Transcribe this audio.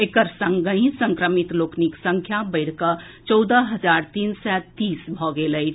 एकर संगहि संक्रमित लोकनिक संख्या बढ़ि कऽ चौदह हजार तीन सय तीस भऽ गेल अछि